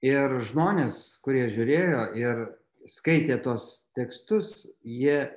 ir žmonės kurie žiūrėjo ir skaitė tuos tekstus jie